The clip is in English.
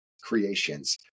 creations